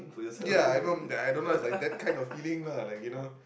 ya I mum I don't like that kind of feeling lah like you know